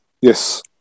Yes